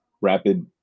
rapid